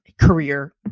Career